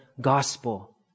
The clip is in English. gospel